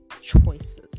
choices